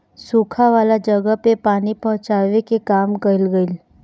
सुखा वाला जगह पे पानी पहुचावे के काम कइल गइल